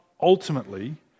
ultimately